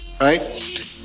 right